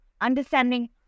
understanding